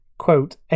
Quote